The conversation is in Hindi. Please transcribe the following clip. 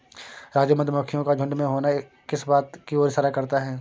राजू मधुमक्खियों का झुंड में होना किस बात की ओर इशारा करता है?